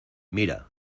mira